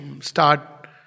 start